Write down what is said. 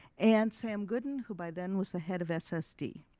and sam goodin who by then was the head of ssd.